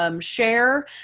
Share